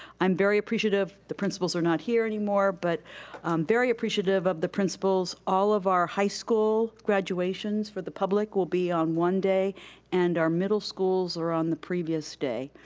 um very appreciative, the principals are not here anymore, but very appreciative of the principals. all of our high school graduations for the public will be on one day and our middle schools are on the previous day.